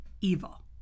evil